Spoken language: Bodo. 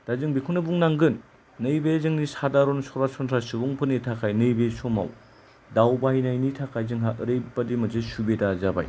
दा जों बेखौनो बुंनांगोन नैबे जोंनि सादारन सरासनस्रा सुबुंफोरनि थाखाय नैबे समाव दावबायनायनि थाखाय जोंहा ओरैबादि मोनसे सुबिदा जाबाय